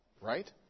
right